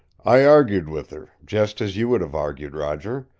i argued with her, just as you would have argued, roger.